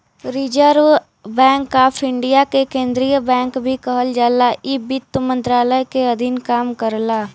reserve bank of India के केंद्रीय bank भी कहल जाला इ वित्त मंत्रालय के अधीन काम करला